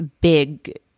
big